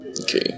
Okay